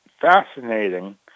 fascinating